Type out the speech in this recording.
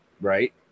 Right